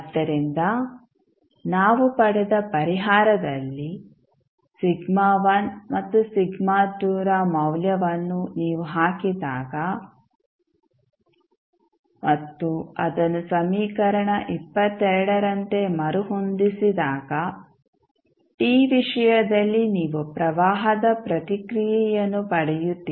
ಆದ್ದರಿಂದ ನಾವು ಪಡೆದ ಪರಿಹಾರದಲ್ಲಿ ಮತ್ತು ರ ಮೌಲ್ಯವನ್ನು ನೀವು ಹಾಕಿದಾಗ ಮತ್ತು ಅದನ್ನು ಸಮೀಕರಣ ರಂತೆ ಮರುಹೊಂದಿಸಿದಾಗ t ವಿಷಯದಲ್ಲಿ ನೀವು ಪ್ರವಾಹದ ಪ್ರತಿಕ್ರಿಯೆಯನ್ನು ಪಡೆಯುತ್ತೀರಿ